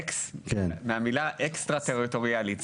אקס מהמילה אקסטרה טריטוריאלית,